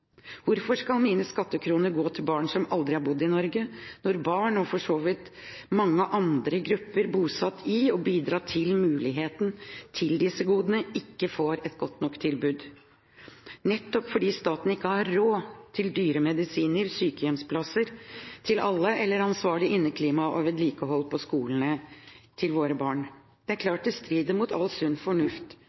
Hvorfor skal mine skattekroner gå til barn som aldri har bodd i Norge, når barn og for så vidt mange andre grupper bosatt her, som har bidratt til muligheten for disse godene, ikke får et godt nok tilbud nettopp fordi staten ikke har råd til dyre medisiner, sykehjemsplasser til alle eller forsvarlig inneklima og vedlikehold på skolene til våre barn? Det er klart at det strider mot all sunn fornuft